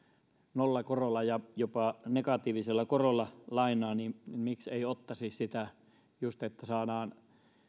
nollakorolla ja jopa negatiivisella korolla lainaa niin niin miksi ei ottaisi sitä just että saadaan